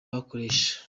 bakoresha